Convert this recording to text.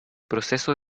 proceso